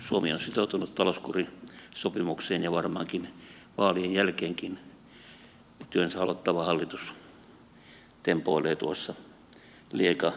suomi on sitoutunut talouskurisopimukseen ja varmaankin vaalien jälkeenkin työnsä aloittava hallitus tempoilee tuossa liekanarussa